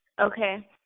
Okay